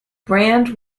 brand